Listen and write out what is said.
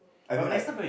I mean like